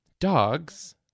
Dogs